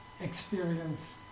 experience